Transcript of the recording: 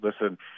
listen